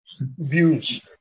views